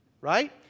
right